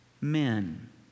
men